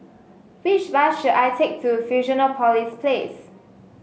which bus should I take to Fusionopolis Place